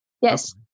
Yes